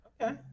Okay